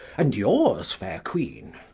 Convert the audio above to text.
and yours, faire queene